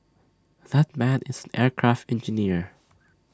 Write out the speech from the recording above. that man is an aircraft engineer